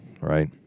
right